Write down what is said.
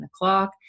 o'clock